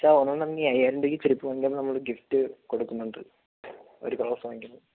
sir ഒരെണ്ണം ഈ അയ്യായിരം രൂപക്ക് ചെരുപ്പ് വാങ്ങിക്കയാണെങ്കിൽ ഗിഫ്റ്റ് നമ്മൾ കൊടുക്കുന്നുണ്ട് ഒരു